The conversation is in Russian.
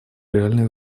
реальные